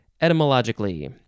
etymologically